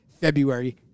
february